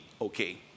okay